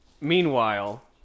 meanwhile